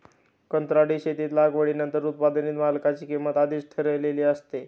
कंत्राटी शेतीत लागवडीनंतर उत्पादित मालाची किंमत आधीच ठरलेली असते